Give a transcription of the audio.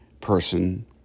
person